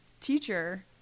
teacher